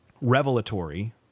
revelatory